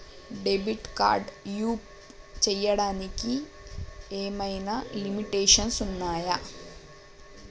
Debit card use చేయడానికి ఏమైనా limitations ఉన్నాయా?